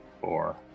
Four